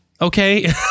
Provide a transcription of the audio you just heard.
okay